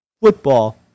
Football